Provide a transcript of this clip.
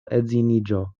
edziniĝo